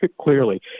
clearly